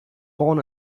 born